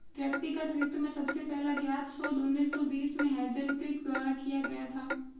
व्यक्तिगत वित्त में सबसे पहला ज्ञात शोध उन्नीस सौ बीस में हेज़ल किर्क द्वारा किया गया था